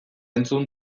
entzun